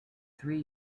three